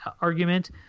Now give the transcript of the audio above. argument